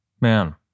Man